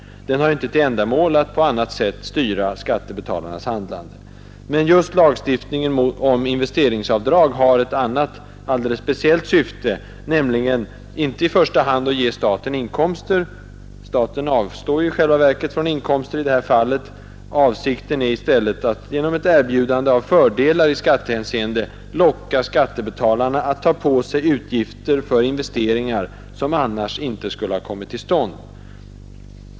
Den har inte till ändamål att på annat sätt styra skattebetalarnas handlande. Men just lagstiftningen om investeringsavdrag har ett alldeles speciellt syfte, nämligen inte i första hand att ge staten inkomster — staten avstår ju i själva verket från inkomster i detta fall — utan att genom erbjudande av fördelar i skattehänseende locka skattebetalarna att ta på sig utgifter för investeringar, som annars inte skulle ha kommit till stånd.